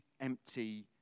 empty